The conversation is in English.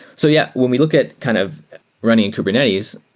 so yeah. when we look at kind of running in kubernetes,